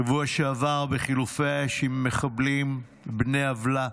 בשבוע שעבר, בחילופי האש עם מחבלים בני עוולה